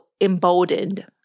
emboldened